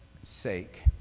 sake